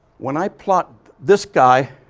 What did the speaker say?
when i plot this guy,